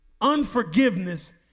Unforgiveness